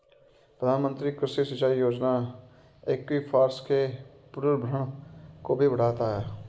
प्रधानमंत्री कृषि सिंचाई योजना एक्वीफर्स के पुनर्भरण को भी बढ़ाता है